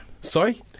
Sorry